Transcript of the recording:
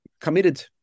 Committed